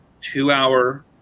two-hour